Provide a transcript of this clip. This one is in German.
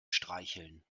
streicheln